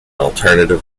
alternative